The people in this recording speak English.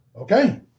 Okay